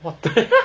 what the